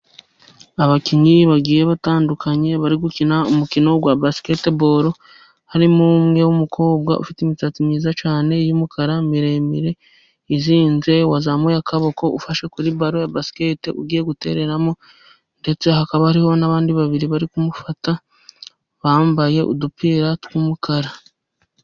Abakinnyi bagiye batandukanye bari gukina umukino wa basiketiboro, harimo umwe w'umukobwa ufite imisatsi myiza cyane y'umukara miremire izinze, wazamuye akaboko ufashe kuri baro ya basiketi ugiye gutereramo, ndetse hakaba hariho n'abandi babiri bari kumufata bambaye udupira tw'umukara.